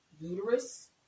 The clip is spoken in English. uterus